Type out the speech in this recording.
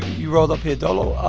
you rolled up here dolo.